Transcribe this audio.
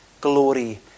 glory